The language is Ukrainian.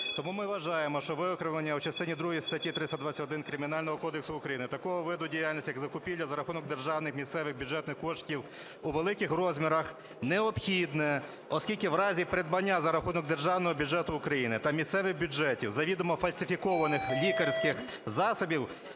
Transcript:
Тому ми вважаємо, що виокремлення у частині другій статті 321 Кримінального кодексу України такого виду діяльності як закупівля за рахунок державних місцевих бюджетних коштів у великих розмірах необхідне, оскільки в разі придбання за рахунок державного бюджету України та місцевих бюджетів завідомо фальсифікованих лікарських засобів,